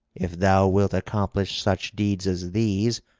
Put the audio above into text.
if thou wilt accomplish such deeds as these,